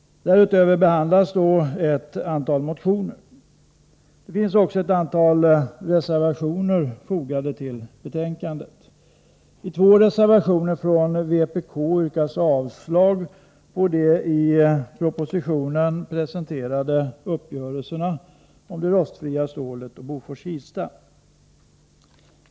Till betänkandet finns också ett antal reservationer fogade. I två reservationer från vpk yrkas avslag på de i propositionen presenterade uppgörelserna om det rostfria stålet och Bofors-Kilsta.